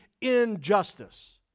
injustice